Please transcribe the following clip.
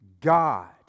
God